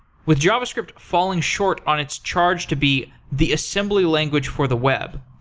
with javascript falling short on its charge to be the assembly language for the web,